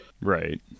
Right